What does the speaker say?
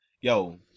yo